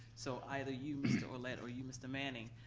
so either you mr. ouellette, or you mr. manning,